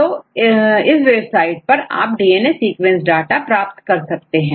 तो इस वेबसाइट पर आप डीएनए सीक्वेंस डाटा प्राप्त कर सकते हैं